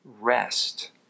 rest